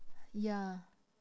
ya